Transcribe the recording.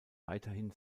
weiterhin